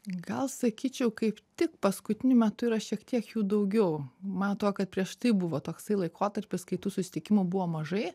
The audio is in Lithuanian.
gal sakyčiau kaip tik paskutiniu metu yra šiek tiek jų daugiau man atrodo kad prieš tai buvo toksai laikotarpis kai tų susitikimų buvo mažai